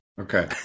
Okay